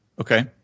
Okay